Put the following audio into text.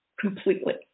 completely